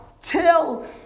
till